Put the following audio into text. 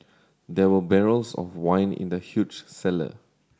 there were barrels of wine in the huge cellar